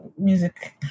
music